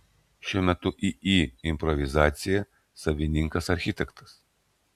šiuo metu iį improvizacija savininkas architektas